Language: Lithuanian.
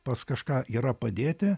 pas kažką yra padėti